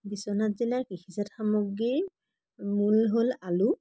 বিশ্বনাথ জিলাৰ কৃষিজাত সামগ্ৰীৰ মূল হ'ল আলু